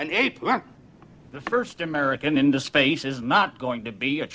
but the first american into space is not going to be a